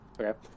Okay